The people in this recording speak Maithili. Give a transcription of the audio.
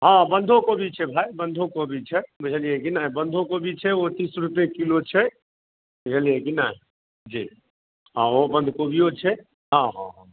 हाँ बन्धोकोबी छै भाइ बन्धोकोबी छै बुझलियै कि नहि बन्धोकोबी छै ओ तीस रुपये किलो छै बुझलियै कि नहि जी आ ओ बन्धकोबियो छै आ हँ हँ हँ